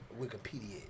Wikipedia